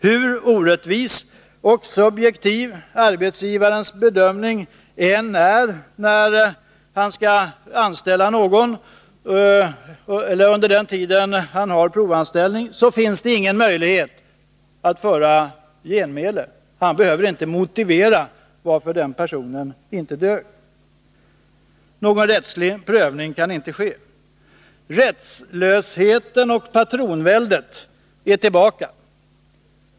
Hur orättvis och subjektiv arbetsgivarens bedömning än är under den tid han provanställer någon, finns det ingen möjlighet till genmäle mot honom. Han behöver inte motivera varför den eller den personen inte dög. Någon rättslig prövning kan inte ske. Rättslösheten och patronväldet är tillbaka.